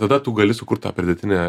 tada tu gali sukurt pridėtinę